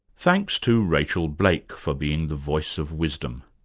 thanks to rachael blake for being the voice of wisdom.